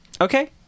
Okay